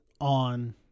on